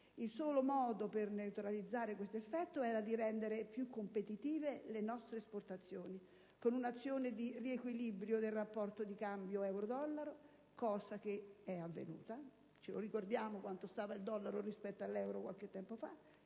Il solo modo per neutralizzare tale effetto era di rendere più competitive le nostre esportazioni con un'azione di riequilibrio del rapporto di cambio euro-dollaro, cosa che è avvenuta (ricordiamoci quanto era quotato il dollaro rispetto all'euro qualche tempo fa).